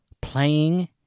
playing